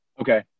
Okay